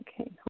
Okay